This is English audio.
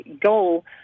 goal